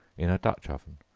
in a dutch-oven,